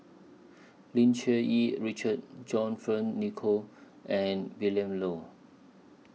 Lim Cherng Yih Richard John Fearns Nicoll and Willin Low